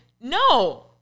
no